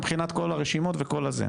מבחינת כל הרשימות וכל הזה,